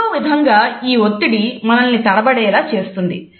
ఏదో విధంగా ఈ ఒత్తిడి మనం తడబడేలా చేస్తుంది